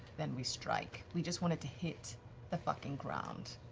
then we strike. we just want it to hit the fucking ground.